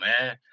man